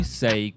say